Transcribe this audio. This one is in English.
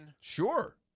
Sure